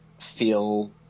feel